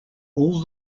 all